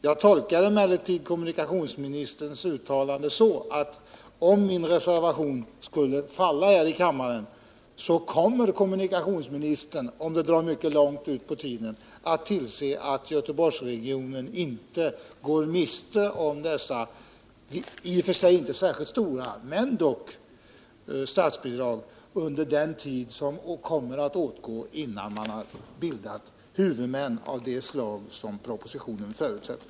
Jag tolkar emellertid kommunikationsministerns uttalande så, att om min reservation skulle avslås här i kammaren kommer kommunikationsministern, om det drar ut långt på tiden, att tillse att Göteborgsregionen inte går miste om dessa, i och för sig inte särskilt stora statsbidrag, men dock statsbidrag under den tid som kommer att åtgå för att bilda huvudmän av det slag som propositionen förutsätter.